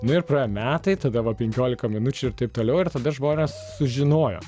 nu ir praėjo metai tada va penkiolika minučių ir taip toliau ir tada žmonės sužinojo